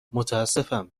متاسفم